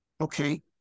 Okay